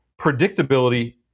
predictability